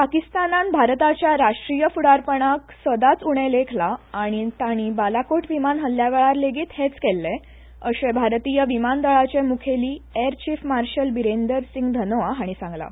पाकिस्तानान भारताच्या राष्ट्रीय फुडारपणाक सदांच उणे लेखलां आनी तांणी बालाकोट विमान हल्ल्या वेळार लेगीत हेंच केलें अशें भारतीय विमानदळाचे मुखेली air chief marshal Birender Singh Dhanoa हांणी सांगलां